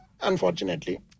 Unfortunately